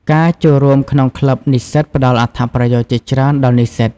ការចូលរួមក្នុងក្លឹបនិស្សិតផ្តល់អត្ថប្រយោជន៍ជាច្រើនដល់និស្សិត។